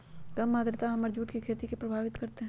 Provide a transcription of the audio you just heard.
कम आद्रता हमर जुट के खेती के प्रभावित कारतै?